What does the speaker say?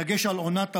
בדגש על עונת המסיק,